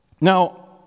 Now